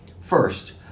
First